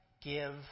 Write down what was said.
give